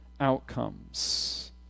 outcomes